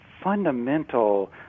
fundamental